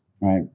Right